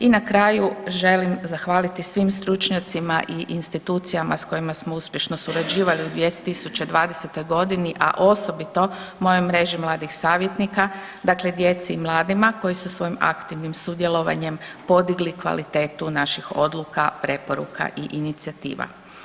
I na kraju, želim zahvaliti svim stručnjacima i institucijama s kojima smo uspješno surađivali u 2020. g., a osobito mojoj Mreži mladih savjetnika, dakle djeci i mladima koji su svojim aktivnim sudjelovanjem podigli kvalitetu naših odluka, preporuka i inicijativa.